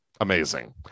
Amazing